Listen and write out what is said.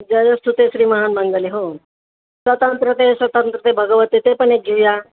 जयोस्तुते श्री महन्मंगले हो स्वतंत्रते स्वतंत्रते भगवते ते पण एक घेऊया